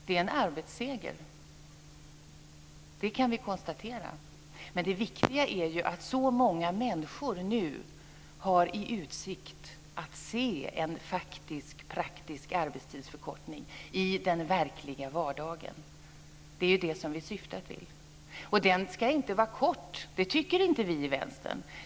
Vi kan konstatera att det är en arbetsseger. Men det viktiga är att så många människor nu har i utsikt att få en faktisk praktisk arbetstidsförkortning i den verkliga vardagen. Det är ju det som vi syftar till. Och vi i Vänstern tycker inte att den ska vara liten.